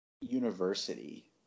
university